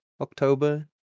October